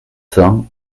cents